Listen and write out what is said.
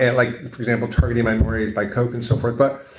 and like for example, targeting minorities by coke and so forth, but